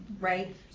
right